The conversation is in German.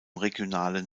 regionalen